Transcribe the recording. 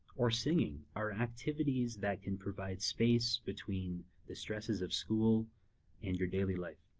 or singing are activities that can provide space between the stresses of school and your daily life.